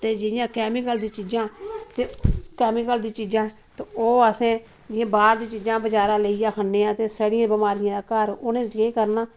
ते जियां केमिकल दी चीजां ते कैमिकल दी चीजां ते ओह् असें जियां बाहर दी चीजां बजारां लेइयै खन्ने आं ते छड़ी बमारियें दा घर उनें केह् करना